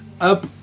Up